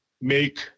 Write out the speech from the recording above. make